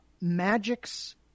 magics